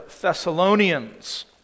Thessalonians